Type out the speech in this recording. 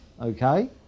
okay